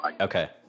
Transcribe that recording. Okay